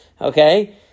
Okay